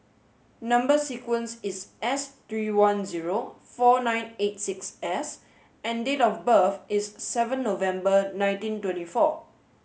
number sequence is S three one zero four nine eight six S and date of birth is seven November nineteen twenty four